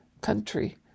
country